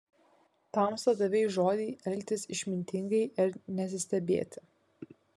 tamsta davei žodį elgtis išmintingai ir nesistebėti